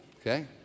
Okay